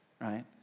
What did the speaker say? right